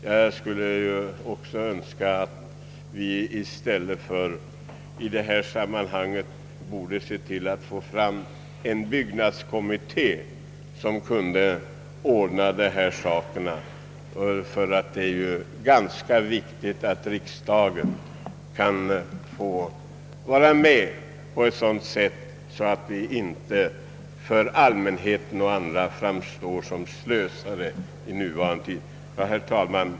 Jag skulle också önska att vi i detta sammanhang tillsatte en byggnadskommitté som i stället kunde ordna denna sak. Det är ju viktigt att riksdagen får vara med och bestämma på ett sådant sätt, att vi inte för allmänheten framstår såsom slösare, särskilt inte i rådande läge. Herr talman!